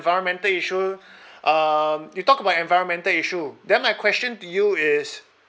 environmental issue um you talk about environmental issue then my question to you is